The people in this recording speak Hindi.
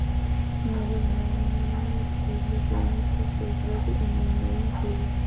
मेरे भाई ने फिलीपींस से कृषि इंजीनियरिंग की है